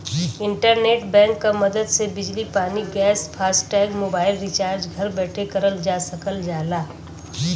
internet bank क मदद से बिजली पानी गैस फास्टैग मोबाइल रिचार्ज घर बैठे करल जा सकल जाला